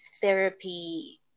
therapy